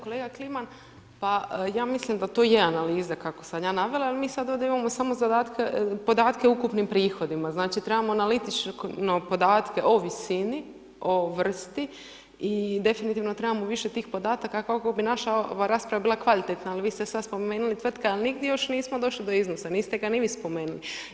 Kolega Kliman, pa ja mislim da to je analiza kako sam ja navela, jer mi sad ovdje imamo podatke o ukupnim prihodima, znači trebamo analitično podatke o visini, o vrsti i definitivno trebamo više tih podataka kako bi naša ova rasprava bila kvalitetna, ali vi ste sad spomenuli tvrtke, al' nigdje još nismo došli do iznosa, niste ga ni vi spomenuli.